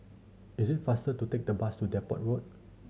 is it faster to take the bus to Depot Road